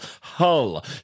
Hull